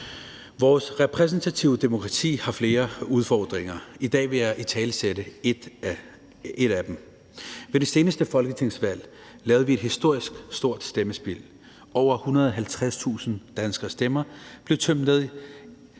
Vores repræsentative demokrati har flere udfordringer. I dag vil jeg italesætte en af dem. Ved det seneste folketingsvalg havde vi et historisk stort stemmespild. Over 150.000 danskeres stemmer kom ikke